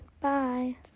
bye